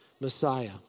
Messiah